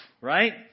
right